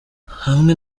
hamwe